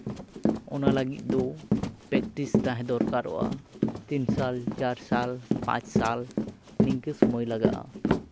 ᱚᱱᱟ ᱞᱟᱹᱜᱤᱫ ᱫᱚ ᱯᱨᱮᱠᱴᱤᱥ ᱛᱟᱦᱮᱸ ᱫᱚᱨᱠᱟᱨᱚᱜᱼᱟ ᱛᱤᱱ ᱥᱟᱞ ᱪᱟᱨ ᱥᱟᱞ ᱯᱟᱸᱪ ᱥᱟᱞ ᱱᱤᱝᱠᱟᱹ ᱥᱚᱢᱚᱭ ᱞᱟᱜᱟᱜᱼᱟ